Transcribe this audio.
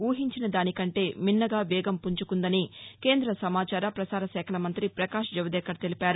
ఊహించిన దానికంటే మిన్నగా వేగం పుంజుకుందని కేంద్ర సమాచార పసారశాఖల మంతి ప్రకాష్జవదేకర్ తెలిపారు